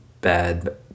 bad